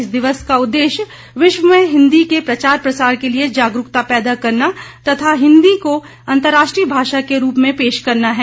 इस दिवस का उद्देश्य विश्व में हिन्दी के प्रचार प्रसार के लिये जागरूकता पैदा करना तथा हिन्दी को अन्तरराष्ट्रीय भाषा के रूप में पेश करना है